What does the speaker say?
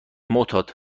معتاد